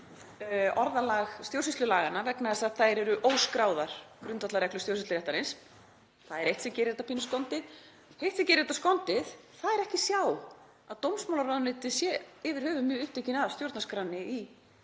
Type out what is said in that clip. orðalag stjórnsýslulaganna vegna þess að þær eru óskráðar grundvallarreglur stjórnsýsluréttarins. Það er eitt sem gerir þetta pínu skondið. Hitt sem gerir þetta skondið er að ekki er að sjá að dómsmálaráðuneytið sé yfir höfuð mjög upptekið af stjórnarskránni